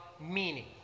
meaning